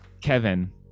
kevin